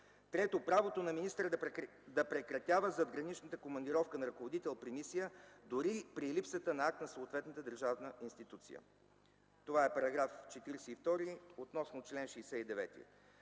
Трето, правото на министъра да прекратява задграничната командировка на ръководител при мисия, дори при липсата на акт на съответната държавна институция. Това е § 42 относно чл. 69.